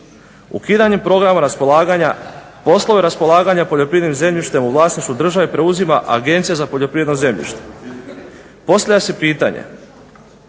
Ukidanjem programa raspolaganja poslove raspolaganja poljoprivrednim zemljištem u vlasništvu države preuzima Agencija za poljoprivredno zemljište. Postavlja se pitanje